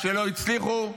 -- שלא הצליחו,